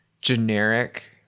generic